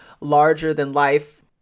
larger-than-life